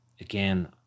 Again